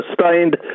sustained